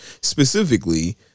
specifically